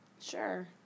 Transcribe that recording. Sure